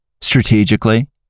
strategically